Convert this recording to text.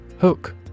Hook